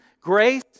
Grace